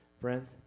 Friends